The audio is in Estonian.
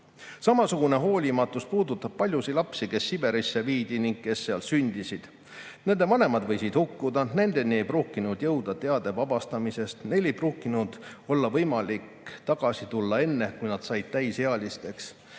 näpust! Samasugune hoolimatus puudutab paljusid lapsi, kes Siberisse viidi ning kes seal sündisid. Nende vanemad võisid hukkuda, nendeni ei pruukinud jõuda teade vabastamisest, neil ei pruukinud olla võimalik tagasi tulla enne, kui nad said täisealiseks.